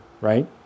right